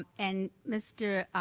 and mr.